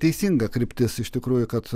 teisinga kryptis iš tikrųjų kad